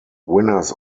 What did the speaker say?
winners